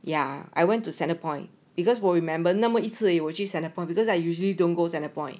ya I went to centrepoint because 我有 remember 那么一次有句 centrepoint because I usually don't go centrepoint